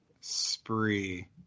Spree